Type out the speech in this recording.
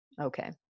Okay